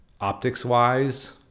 optics-wise